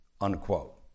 unquote